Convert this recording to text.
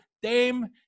dame